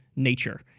nature